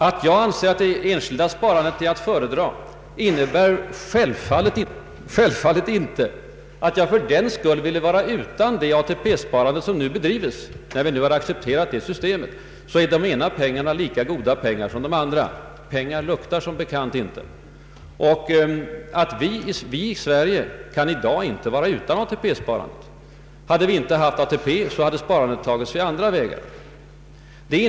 Att jag föredrar enskilt framför kollektivt sparande innebär självfallet inte att jag fördenskull menar att vi kan avstå från det ATP-sparande som sker, när vi nu en gång har infört detta system. Det ena slaget av sparpengar är lika bra som det andra — pengar luktar som bekant inte. Det sägs att vi i Sverige inte kan vara utan ATP-sparandet. Det må vara riktigt. Men hade vi inte haft ATP, hade sparandet måst taga sig andra vägar.